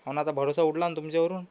हो ना आता भरवसा उडला ना तुमच्यावरून